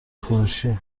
فروشی